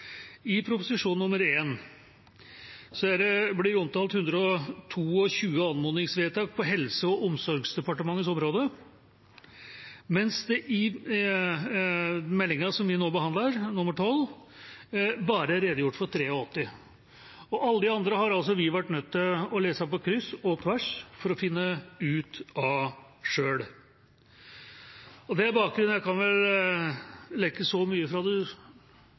i Prop. 1 S blir det omtalt 122 anmodningsvedtak på Helse- og omsorgsdepartementets område, mens det i meldinga som vi nå behandler, nr. 12, bare er redegjort for 83. Alle de andre har altså vi vært nødt til å lese på kryss og tvers for å finne selv. Det er bakgrunnen for – jeg kan vel lekke så mye fra